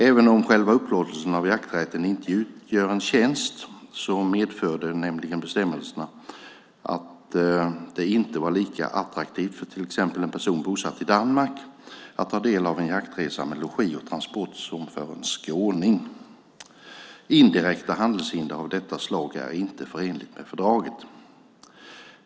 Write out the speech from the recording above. Även om själva upplåtelsen av jakträtten inte utgör en tjänst medförde nämligen bestämmelserna att det inte var lika attraktivt för till exempel en person bosatt i Danmark att ta del av en jaktresa med logi och transport som för en skåning. Indirekta handelshinder av detta slag är inte förenligt med fördraget.